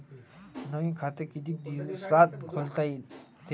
नवीन खात कितीक दिसात खोलता येते?